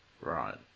Right